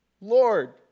lord